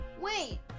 wait